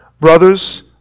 brothers